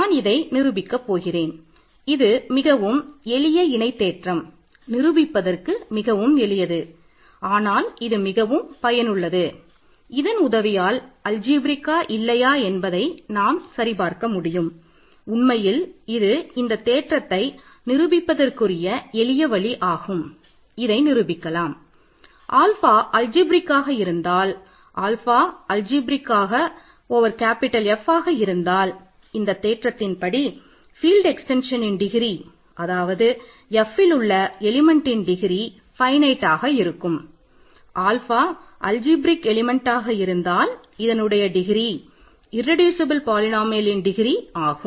நான் இதை நிரூபிக்கப் போகிறேன் இது மிகவும் எளிய இணை தேற்றம் நிரூபிப்பதற்கு மிகவும் எளியது ஆனால் இது மிகவும் பயனுள்ளது இதன் உதவியால் அல்ஜிப்ரேக்கா ஆகும்